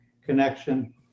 connection